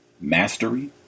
Mastery